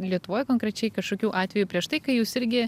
lietuvoje konkrečiai kažkokių atvejų prieš tai kai jūs irgi